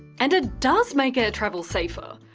and it does make air travel safer.